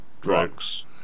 drugs